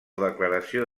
declaració